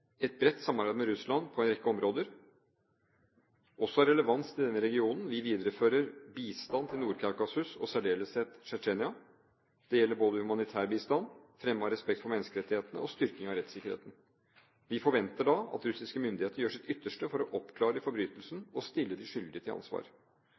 et bredt samarbeid med Russland på en rekke områder, også av relevans til denne regionen. Vi viderefører bistand til Nord-Kaukasus og i særdeleshet Tsjetsjenia. Det gjelder både humanitær bistand, fremme av respekt for menneskerettighetene og styrking av rettssikkerheten. Vi forventer at russiske myndigheter gjør sitt ytterste for å oppklare forbrytelsen